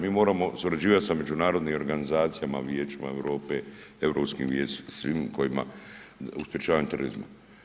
Mi moramo surađivati sa međunarodnim organizacijama, Vijećima Europe, europskim, svim kojima, u sprječavanju terorizma.